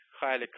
highly